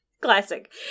Classic